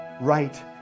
right